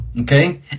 okay